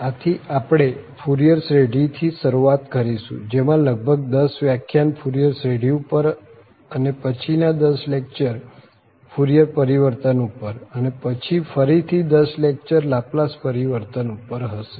આથી આપણે ફુરિયર શ્રેઢીથી શરૂઆત કરીશું જેમાં લગભગ 10 વ્યાખ્યાન ફુરિયર શ્રેઢી ઉપર અને પછી ના 10 લેકચર ફુરિયર પરિવર્તન ઉપર અને પછી ફરી થી 10 લેકચર લાપ્લાસ પરિવર્તન ઉપર હશે